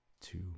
two